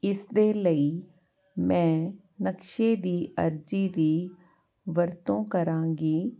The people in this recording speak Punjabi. ਇਸਦੇ ਲਈ ਮੈਂ ਨਕਸ਼ੇ ਦੀ ਅਰਜ਼ੀ ਦੀ ਵਰਤੋਂ ਕਰਾਂਗੀ